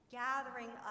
gathering